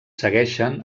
segueixen